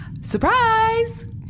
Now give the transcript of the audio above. Surprise